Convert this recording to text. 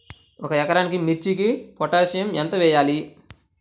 ఒక ఎకరా మిర్చీకి పొటాషియం ఎంత వెయ్యాలి?